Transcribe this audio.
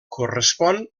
correspon